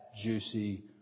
juicy